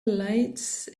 lights